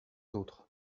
d’autre